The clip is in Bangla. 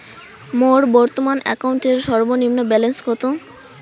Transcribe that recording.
মোর বর্তমান অ্যাকাউন্টের সর্বনিম্ন ব্যালেন্স কত?